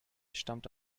stammt